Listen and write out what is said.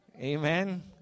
Amen